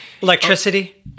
Electricity